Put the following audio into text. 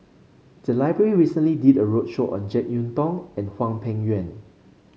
the library recently did a roadshow on JeK Yeun Thong and Hwang Peng Yuan